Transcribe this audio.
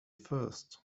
first